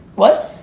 what?